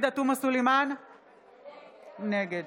ובעיני